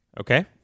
okay